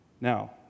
Now